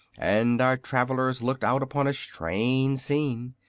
and our travellers looked out upon a strange scene.